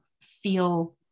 feel